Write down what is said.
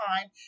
time